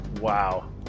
Wow